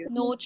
no